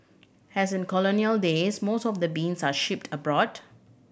as in colonial days most of the beans are shipped abroad